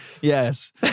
Yes